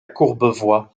courbevoie